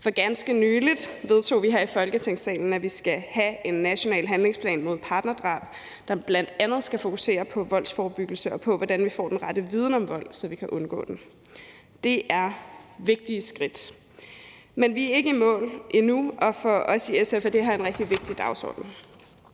For ganske nylig vedtog vi her i Folketingssalen, at vi skal have en national handlingsplan mod partnerdrab, der bl.a. skal fokusere på voldsforebyggelse og på, hvordan vi får den rette viden om vold, så vi kan undgå den. Det er vigtige skridt. Men vi er ikke i mål endnu, og for os i SF er det her en rigtig vigtig dagsorden.